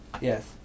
Yes